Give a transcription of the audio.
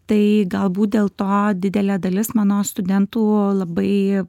tai galbūt dėl to didelė dalis mano studentų labai